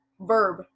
Verb